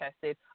tested